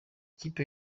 ikipe